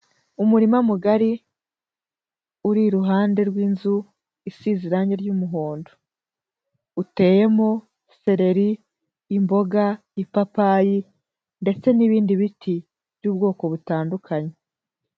Umurima mugari uri iruhande rw'inzu isize irangi ry'umuhondo, uteyemo seleri, imboga, ipapayi ndetse n'ibindi biti by'ubwoko butandukanye.